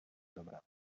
dobranoc